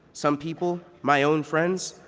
some people, my own friends,